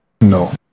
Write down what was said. No